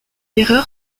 erreur